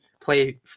play